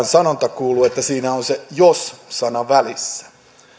sanonta kuuluu että siinä on se jos sana välissä